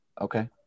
Okay